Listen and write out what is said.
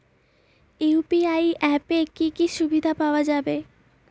UPI অ্যাপে কি কি সুবিধা পাওয়া যাবে?